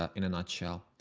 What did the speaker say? ah in a nutshell.